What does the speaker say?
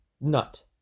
Nut